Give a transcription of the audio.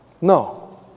No